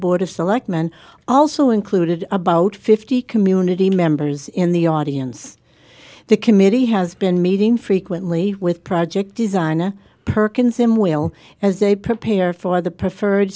of selectmen also included about fifty community members in the audience the committee has been meeting frequently with project design perkins him wail as they prepare for the preferred